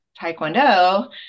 Taekwondo